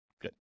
Good